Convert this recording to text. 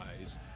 eyes